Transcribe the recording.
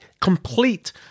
complete